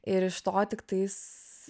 ir iš to tiktais